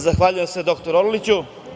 Zahvaljujem se doktore Orliću.